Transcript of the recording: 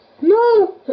No